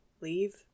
leave